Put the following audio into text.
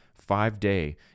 five-day